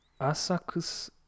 Asakus